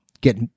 get